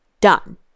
done